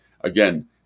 again